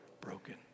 broken